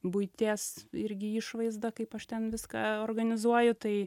buities irgi išvaizda kaip aš ten viską organizuoju tai